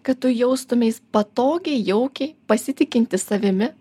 kad tu jaustumeis patogiai jaukiai pasitikintis savimi